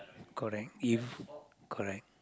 correct if correct